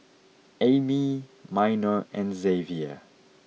Amey Minor and Xavier